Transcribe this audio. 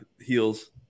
heels